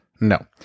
No